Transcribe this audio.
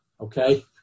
okay